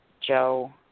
Joe